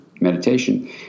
meditation